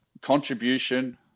contribution